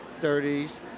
30s